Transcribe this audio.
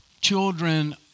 children